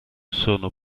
sono